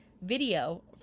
video